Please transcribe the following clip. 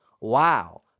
Wow